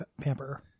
pamper